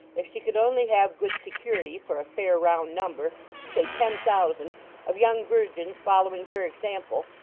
if she could only have good security for a fair, round number say ten thousand of young virgins following her example,